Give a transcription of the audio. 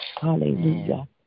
Hallelujah